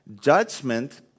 Judgment